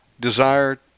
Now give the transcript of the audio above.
Desire